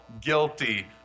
guilty